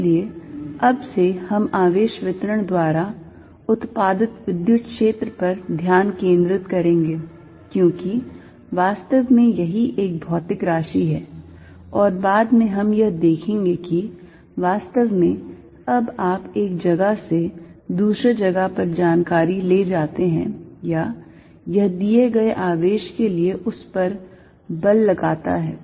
इसलिए अब से हम आवेश वितरण द्वारा उत्पादित विद्युत क्षेत्र पर ध्यान केंद्रित करेंगे क्योंकि वास्तव में यही एक भौतिक राशि है और बाद में हम यह देखेंगे कि वास्तव में अब आप एक जगह से दूसरे जगह पर जानकारी ले जाते हैं या यह दिए गए आवेश के लिए उस पर बल लगाता है